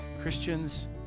Christians